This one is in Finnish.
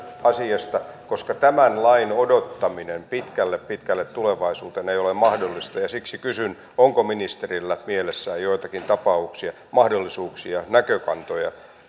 asiasta koska tämän lain odottaminen pitkälle pitkälle tulevaisuuteen ei ole mahdollista ja siksi kysyn onko ministerillä mielessään joitakin tapauksia mahdollisuuksia näkökantoja